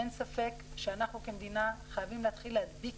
אין ספק שאנחנו כמדינה חייבים להתחיל להדביק